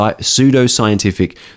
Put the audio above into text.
pseudo-scientific